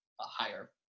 higher